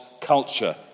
culture